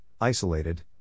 isolated